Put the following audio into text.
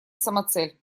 самоцель